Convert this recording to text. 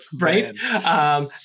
Right